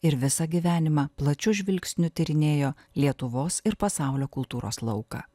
ir visą gyvenimą plačiu žvilgsniu tyrinėjo lietuvos ir pasaulio kultūros lauką